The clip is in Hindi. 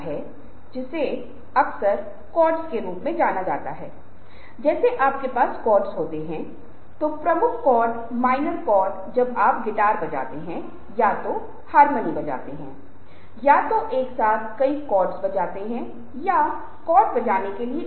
और मैं यहां पर ग्रुप डिस्कशन को छू रहा हूं क्योंकि मुझे लगता है कि आप में से कुछ को अपनी कैंपस रिक्रूटमेंट के लिए इसकी आवश्यकता पड़ेगी और इसके संदर्भ में मेरे पास कुछ सुझाव हैं जिन्हें मैं आपके साथ साझा करना चाहूंगा